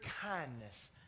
kindness